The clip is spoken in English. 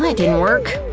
like didn't work.